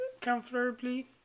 comfortably